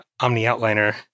OmniOutliner